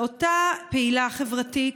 אותה פעילה חברתית,